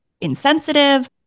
insensitive